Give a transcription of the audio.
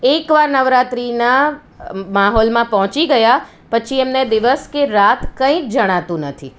એકવાર નવરાત્રિના માહોલમાં પહોંચી ગયા પછી એમને દિવસ કે રાત કંઇ જ જણાતું નથી